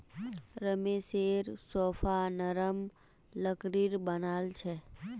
रमेशेर सोफा नरम लकड़ीर बनाल छ